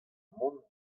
mont